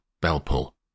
bell-pull